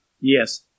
Yes